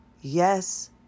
Yes